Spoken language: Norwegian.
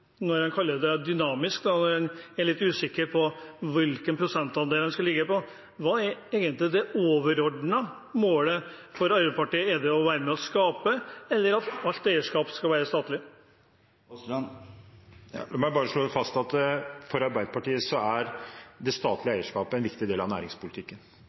kaller det dynamisk, jeg er litt usikker på hvilken prosentandel det skulle ligge på. Hva er egentlig det overordnede målet for Arbeiderpartiet? Er det å være med og skape, eller er det at alt eierskap skal være statlig? La meg slå fast at for Arbeiderpartiet er det statlige eierskapet en viktig del av næringspolitikken.